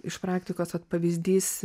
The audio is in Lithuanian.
iš praktikosvat pavyzdys